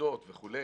טיוטות וכולי,